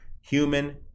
human